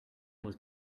was